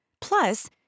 Plus